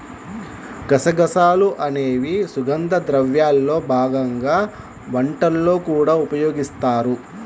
గసగసాలు అనేవి సుగంధ ద్రవ్యాల్లో భాగంగా వంటల్లో కూడా ఉపయోగిస్తారు